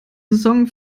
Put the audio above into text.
saison